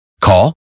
Call